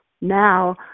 now